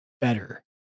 better